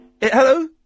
Hello